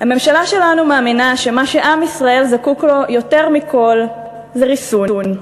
הממשלה שלנו מאמינה שמה שעם ישראל זקוק לו יותר מכול זה ריסון.